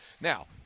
Now